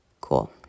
Cool